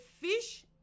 fish